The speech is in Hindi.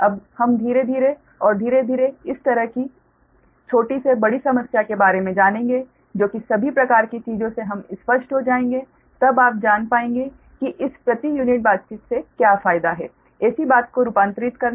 अब हम धीरे धीरे और धीरे धीरे इस तरह की छोटी से बड़ी समस्या के बारे में जानेगें जो कि सभी प्रकार की चीजों से हम स्पष्ट हो जाएंगे तब आप जान पाएंगे कि इस प्रति यूनिट बातचीत से क्या फायदा है ऐसी बात को रूपांतरित करना